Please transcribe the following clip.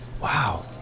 Wow